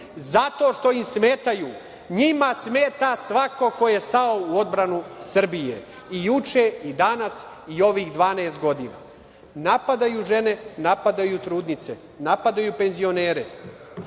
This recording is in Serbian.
zato što im smetaju. Njima smeta svako ko je stao u odbranu Srbije i juče, i danas i ovih 12 godina. Napadaju žene, napadaju trudnice, napadaju penzionere,